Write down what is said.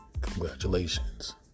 congratulations